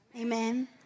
Amen